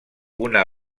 una